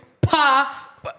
pa